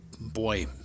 boy